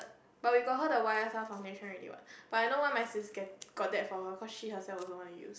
but we got her the YSL foundation already what but I know why my sis get got that for her cause she herself also want to use